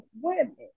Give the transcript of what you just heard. women